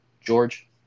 George